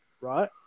right